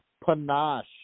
panache